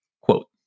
Quote